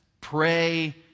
pray